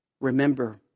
remember